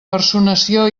personació